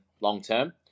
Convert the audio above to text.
long-term